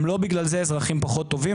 הם לא אזרחים פחות טובים בגלל זה,